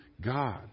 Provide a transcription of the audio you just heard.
God